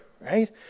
right